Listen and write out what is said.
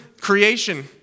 creation